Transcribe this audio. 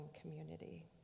community